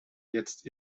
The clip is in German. jetzt